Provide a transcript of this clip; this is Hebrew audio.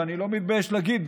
שאני לא מתבייש להגיד,